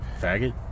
Faggot